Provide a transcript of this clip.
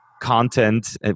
content